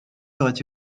serait